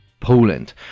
Poland